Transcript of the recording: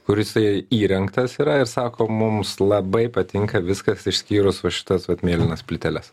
kur jisai įrengtas yra ir sako mums labai patinka viskas išskyrus va šitas vat mėlynas plyteles